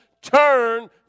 turn